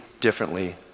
differently